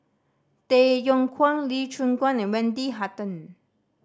Tay Yong Kwang Lee Choon Guan and Wendy Hutton